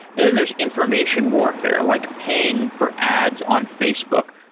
and then there's information warfare, like paying for ads on facebook.